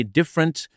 different